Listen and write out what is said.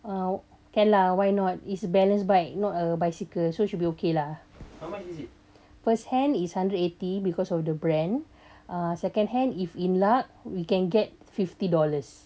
oh okay lah why not it's a balanced bike not a bicycle so should be okay lah firsthand is hundred eighty because of the brand uh second hand if in luck we can get fifty dollars